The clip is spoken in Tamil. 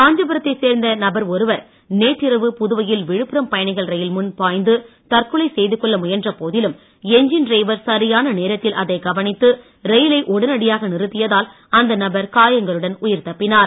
காஞ்சிபுரத்தை சேர்ந்த நபர் ஒருவர் நேற்றிரவு புதுவையில் விழுப்புரம் பயணிகள் ரயில் முன் பாய்ந்து தற்கொலை செய்து கொள்ள முயன்ற போதிலும் எஞ்சின் டிரைவர் சரியான நேரத்தில் அதை கவனித்து ரயிலை உடனடியாக நிறுத்தியதால் அந்த நபர் காயங்களுடன் உயிர் தப்பினார்